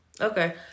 Okay